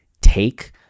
take